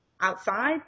outside